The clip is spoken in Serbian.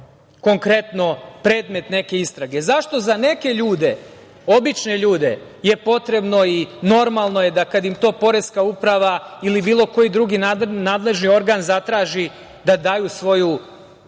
konkretno predmet neke istrage? Zašto za neke ljude, obične ljude je potrebno i normalno je da kad im to poreska uprava ili bilo koji drugi nadležni organ zatraži da daju svoje